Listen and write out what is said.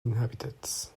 inhabitants